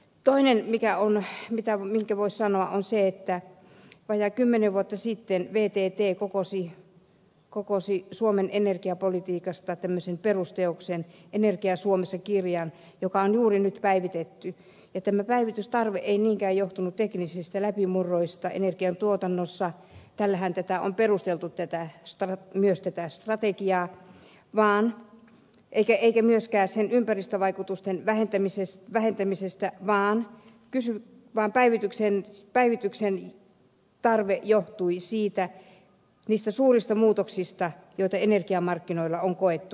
toinen minkä voisi sanoa on se että vajaat kymmenen vuotta sitten vtt kokosi suomen energiapolitiikasta perusteoksen energia suomessa kirjan joka on juuri nyt päivitetty ja tämä päivitystarve ei niinkään johtunut teknisistä läpimurroista energiantuotannossa tällähän tätä strategiaa on myös perusteltu teetähksta miestä päästrategi ja mään eikä myöskään ympäristövaikutusten vähentämisestä vaan päivityksen tarve johtui niistä suurista muutoksista joita energiamarkkinoilla on koettu